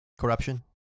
Corruption